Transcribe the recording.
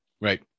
Right